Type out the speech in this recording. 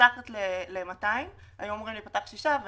ובמתחת ל-200 מושבים צריכים להיפתח שישה.